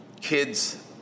kids